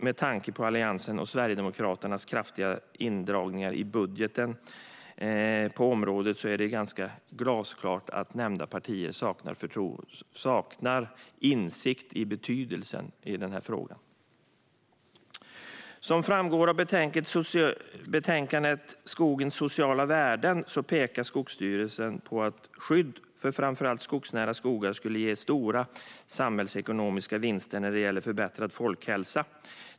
Med tanke på Alliansens och Sverigedemokraternas kraftiga indragningar i budgeten på området är det glasklart att nämnda partier saknar insikt om betydelsen av frågan. Som framgår av betänkandet Skogens sociala värden pekar Skogsstyrelsen på att skydd för framför allt stadsnära skogar skulle ge stora samhällsekonomiska vinster när det gäller förbättrad folkhälsa.